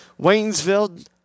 Waynesville